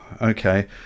Okay